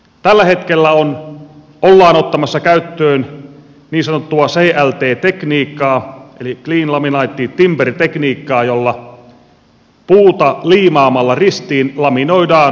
tällä hetkellä ollaan ottamassa käyttöön niin sanottua clt tekniikkaa eli cross laminated timber tekniikkaa jolla puuta liimaamalla ristiinlaminoidaan seinäelementtejä